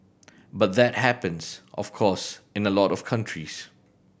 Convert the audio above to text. but that happens of course in a lot of countries